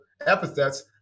epithets